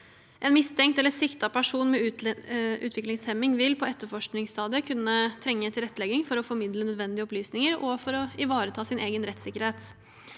En mistenkt eller siktet person med utviklingshemming vil på etterforskningsstadiet kunne trenge tilrettelegging for å formidle nødvendige opplysninger og for å ivareta sin egen rettssikkerhet.